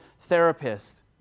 therapist